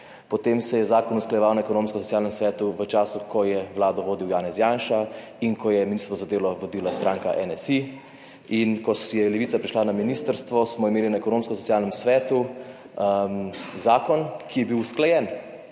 potem se je zakon usklajeval na Ekonomsko-socialnem svetu v času, ko je vlado vodil Janez Janša in ko je Ministrstvo za delo vodila stranka NSi. In ko je Levica prišla na ministrstvo, smo imeli na Ekonomsko-socialnem svetu zakon, ki je bil usklajen